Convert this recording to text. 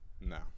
No